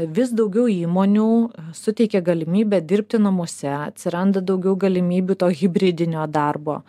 vis daugiau įmonių suteikia galimybę dirbti namuose atsiranda daugiau galimybių to hibridinio darbo